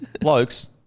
blokes